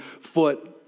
foot